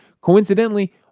Coincidentally